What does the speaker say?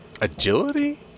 Agility